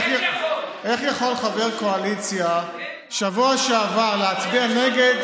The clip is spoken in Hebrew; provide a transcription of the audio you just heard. איך יכול חבר קואליציה להצביע בשבוע שעבר נגד,